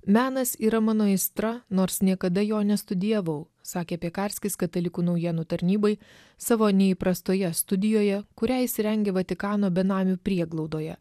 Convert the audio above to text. menas yra mano aistra nors niekada jo nestudijavau sakė piekarskis katalikų naujienų tarnybai savo neįprastoje studijoje kurią įsirengė vatikano benamių prieglaudoje